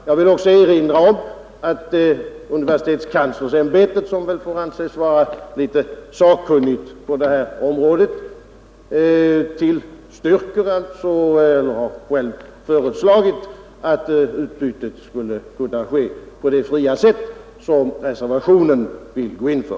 Jag vill också erinra om att universitetskanslersämbetet, som väl får anses vara sakkunnigt på detta område, självt har föreslagit att utbytet skulle kunna ske på det fria sätt som reservationen går in för.